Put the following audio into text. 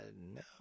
no